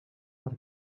per